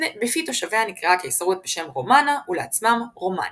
בפי תושביה נקראה הקיסרות בשם "רומאנה" ולעצמם "רומאנים".